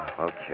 okay